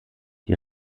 die